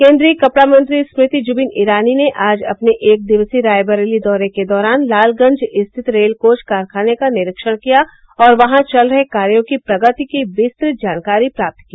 केन्द्रीय कपड़ा मंत्री स्मृति जुबिन ईरानी ने आज अपने एक दिवसीय रायबरेली दौरे के दौरान लालगंज स्थित रेल कोच कारखाने का निरीक्षण किया और वहां चल रहे कार्यो की प्रगति की विस्तृत जानकारी प्राप्त की